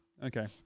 Okay